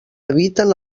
eviten